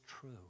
true